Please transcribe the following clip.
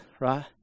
right